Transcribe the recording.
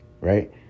right